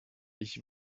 ich